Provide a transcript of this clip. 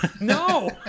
No